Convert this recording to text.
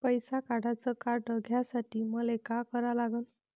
पैसा काढ्याचं कार्ड घेण्यासाठी मले काय करा लागन?